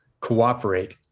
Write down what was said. cooperate